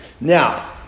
Now